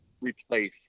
replace